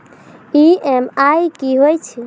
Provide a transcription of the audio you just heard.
EMI कि होय छै?